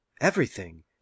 everything